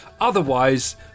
Otherwise